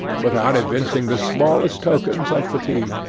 without evincing the smallest tokens of fatigue